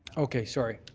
okay, sorry.